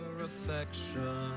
affection